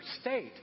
state